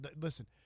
listen